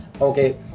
okay